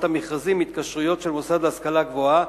המכרזים (התקשרויות של מוסד להשכלה גבוהה),